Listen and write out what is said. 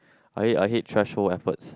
I hate I hate threshold efforts